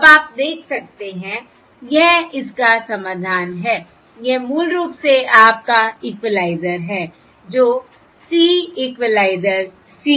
अब आप देख सकते हैं यह इसका समाधान है यह मूल रूप से आपका इक्विलाइजर है जो C इक्विलाइजर C bar है